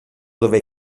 dove